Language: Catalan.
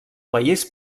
país